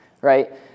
right